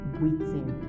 waiting